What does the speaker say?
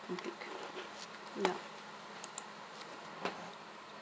okay yeah